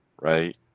right